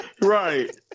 Right